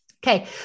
Okay